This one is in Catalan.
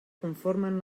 conformen